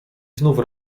znów